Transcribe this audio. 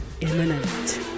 imminent